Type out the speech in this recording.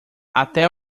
até